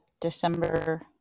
December